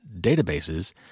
databases